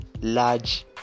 large